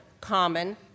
common